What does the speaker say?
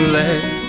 let